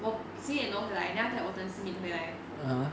我十一点多回来 then after that 我等 si min 回来